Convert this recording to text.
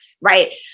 right